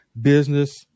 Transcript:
business